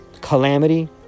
calamity